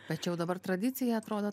bet čia jau dabar tradicija atrodo